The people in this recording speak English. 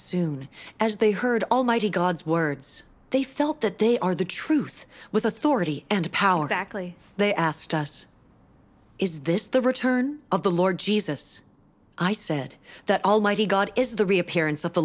soon as they heard almighty god's words they felt that they are the truth with authority and power actually they asked us is this the return of the lord jesus i said that almighty god is the reappearance of the